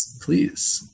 Please